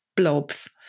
blobs